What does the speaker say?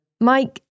Mike